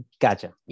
Gotcha